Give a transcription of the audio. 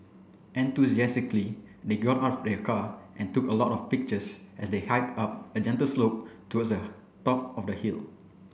enthusiastically they got out of their car and took a lot of pictures as they hiked up a gentle slope towards a top of the hill